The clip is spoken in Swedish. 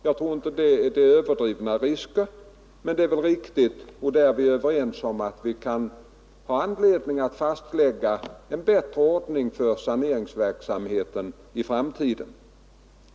Jag tror att riskerna är överdrivna, men vi är överens om att det kan finnas anledning att fastlägga en bättre ordning för saneringsverksamheten i framtiden.